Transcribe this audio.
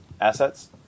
assets